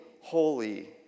holy